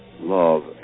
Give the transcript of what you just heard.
love